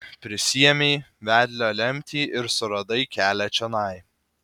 prisiėmei vedlio lemtį ir suradai kelią čionai